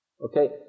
Okay